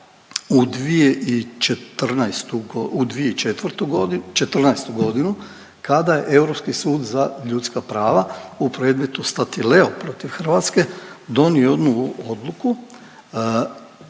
u 2004., '14.g. kada je Europski sud za ljudska prava u predmetu Statileo protiv Hrvatske donio jednu odluku